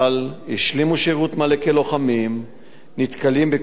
נתקלים בקושי להשתלב בעבודות אבטחה, נשיאת נשק